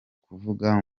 kuvuga